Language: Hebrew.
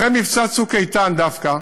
אחרי מבצע "צוק איתן" דווקא,